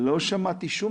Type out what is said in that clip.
לא שמעתי שום